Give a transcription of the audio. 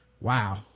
Wow